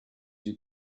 you